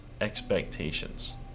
expectations